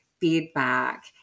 feedback